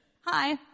hi